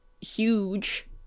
huge